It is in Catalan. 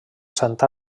santa